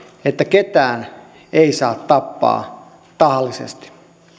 että ketään ei saa tappaa tahallisesti